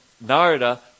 Narada